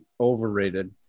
overrated